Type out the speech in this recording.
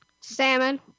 salmon